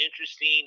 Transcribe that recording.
interesting